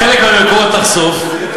חלק מהמקורות נחשוף.